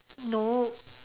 nope